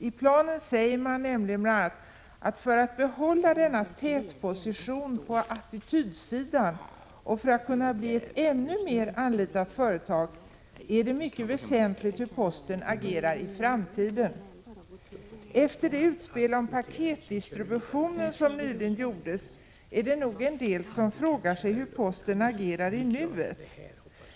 I planen sägs nämligen bl.a.: ”För att behålla denna tätposition på attitydsidan och för att bli ett ännu mer anlitat företag är det mycket väsentligt hur Posten agerar i framtiden.” Efter det utspel om paketdistributionen som nyligen gjordes är det nog en del som frågar sig hur posten agerar i nuet.